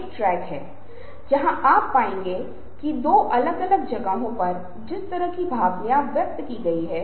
इसलिए यदि आप इन 3 चीजों को कर सकते हैं तो शायद हम एक महत्वपूर्ण अंतर कर रहे हैं